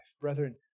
Brethren